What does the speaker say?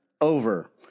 Over